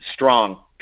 strong